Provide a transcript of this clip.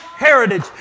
heritage